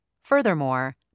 Furthermore